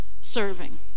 serving